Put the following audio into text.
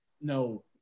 No